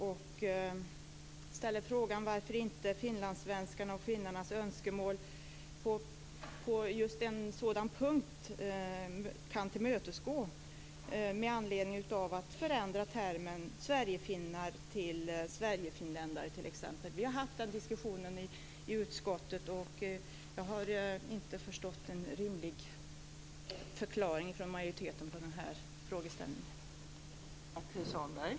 Varför kan t.ex. inte finlandssvenskarnas och finnarnas önskemål att förändra termen sverigefinnar till sverigefinländare tillmötesgås? Vi har haft den diskussionen i utskottet, men jag har inte fått en rimlig förklaring från majoriteten när det gäller den här frågeställningen.